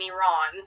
Iran